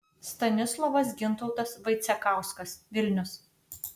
stanislovas gintautas vaicekauskas vilnius